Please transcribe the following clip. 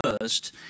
first